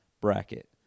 bracket